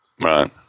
Right